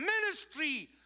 ministry